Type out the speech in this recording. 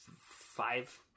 five